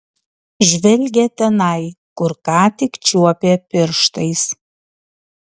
žvelgė tenai kur ką tik čiuopė pirštais